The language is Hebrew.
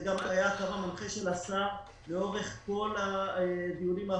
זה גם היה הקו המנחה של השר לאורך כל הדיונים האחרונים,